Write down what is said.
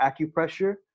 acupressure